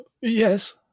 Yes